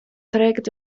trägt